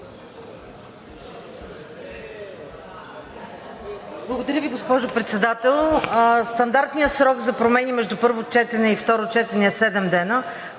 Благодаря Ви, госпожо Председател. Стандартният срок за промени между първо и второ четене е седем дена,